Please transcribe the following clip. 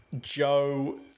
Joe